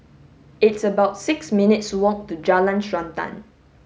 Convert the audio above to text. it's about six minutes' walk to Jalan Srantan